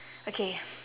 okay